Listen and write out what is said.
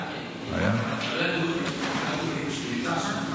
הגיע, כן, כן, אבל לא ידעו שהוא נמצא שם.